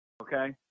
Okay